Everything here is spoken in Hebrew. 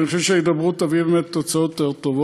אני חושב שההידברות תביא לתוצאות טובות יותר.